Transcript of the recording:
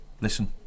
listen